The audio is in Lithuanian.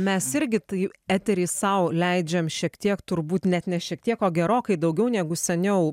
mes irgi tai etery sau leidžiam šiek tiek turbūt net ne šiek tiek o gerokai daugiau negu seniau